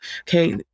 okay